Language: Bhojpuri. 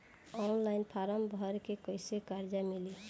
ऑनलाइन फ़ारम् भर के कैसे कर्जा मिली?